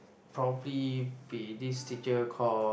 probably be this teacher call